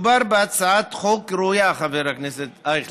מדובר בהצעת חוק ראויה, חבר הכנסת אייכלר,